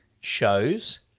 shows